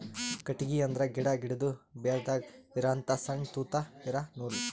ಕಟ್ಟಿಗಿ ಅಂದ್ರ ಗಿಡಾ, ಗಿಡದು ಬೇರದಾಗ್ ಇರಹಂತ ಸಣ್ಣ್ ತೂತಾ ಇರಾ ನೂಲ್